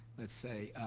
let's say,